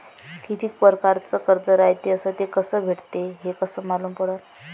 कितीक परकारचं कर्ज रायते अस ते कस भेटते, हे कस मालूम पडनं?